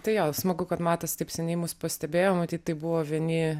tai jo smagu kad matas taip seniai mus pastebėjo matyt tai buvo vieni